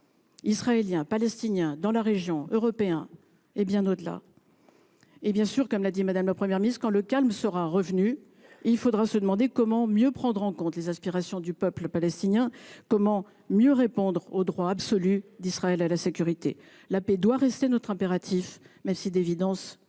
israéliens et palestiniens –, en Europe et bien au-delà. Bien sûr, comme l’a dit Mme la Première ministre, quand le calme sera revenu, il faudra se demander comment mieux prendre en compte les aspirations du peuple palestinien et comment mieux répondre au droit absolu d’Israël à la sécurité. La paix doit rester notre impératif, même si, de